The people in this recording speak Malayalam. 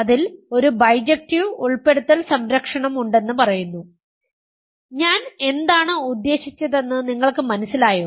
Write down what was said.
അതിൽ ഒരു ബൈജക്ടീവ് ഉൾപ്പെടുത്തൽ സംരക്ഷണം ഉണ്ടെന്ന് പറയുന്നു ഞാൻ എന്താണ് ഉദ്ദേശിച്ചതെന്ന് നിങ്ങൾക്ക് മനസ്സിലായോ